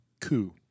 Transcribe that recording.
coup